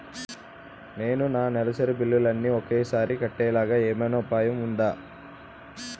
నేను నా నెలసరి బిల్లులు అన్ని ఒకేసారి కట్టేలాగా ఏమైనా ఉపాయం ఉందా?